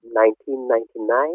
1999